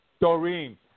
Doreen